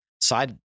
side